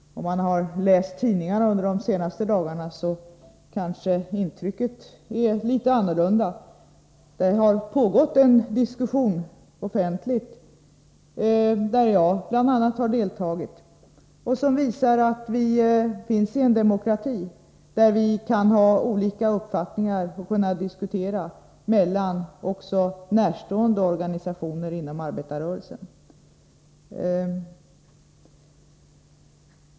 För den som har läst tidningarna under de senaste dagarna är kanske intrycket litet annorlunda. Där har pågått en offentlig diskussion, i vilken bl.a. jag har deltagit och som visar att vi verkar i en demokrati. Vi kan ha olika uppfattningar och diskutera, också närstående organisationer emellan inom arbetarrörelsen.